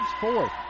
fourth